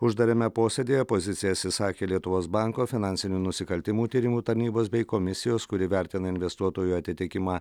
uždarame posėdyje pozicijas išsakė lietuvos banko finansinių nusikaltimų tyrimų tarnybos bei komisijos kuri vertina investuotojų atitikimą